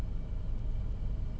five twenty dia orang tak datang